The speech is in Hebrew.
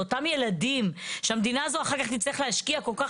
לאותם ילדים שהמדינה הזו אחר כך תצטרך להשקיע כל כך